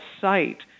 site